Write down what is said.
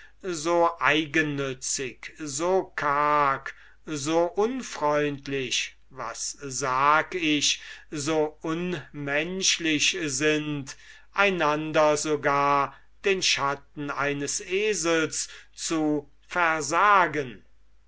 so eigennützig so karg so unfreundlich was sag ich so unmenschlich sind einander sogar den schatten eines esels zu versagen